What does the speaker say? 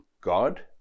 God